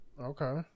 Okay